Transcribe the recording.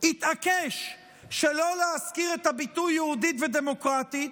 התעקש שלא להזכיר את הביטוי "יהודית ודמוקרטית",